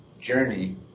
journey